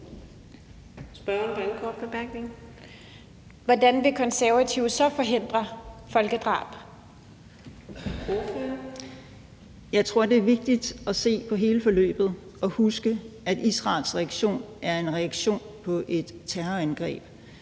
Helle Bonnesen (KF): Jeg tror, det er vigtigt at se på hele forløbet og huske, at Israels reaktion er en reaktion på et terrorangreb.